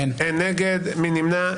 אין נגד, מי נמנע?